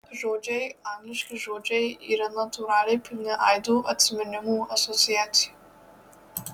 žodžiai angliški žodžiai yra natūraliai pilni aidų atsiminimų asociacijų